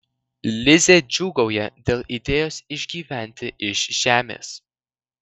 lizė džiūgauja dėl idėjos išgyventi iš žemės